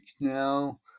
now